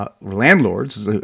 Landlords